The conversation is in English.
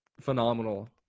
phenomenal